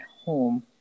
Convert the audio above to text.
home